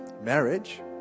marriage